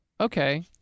okay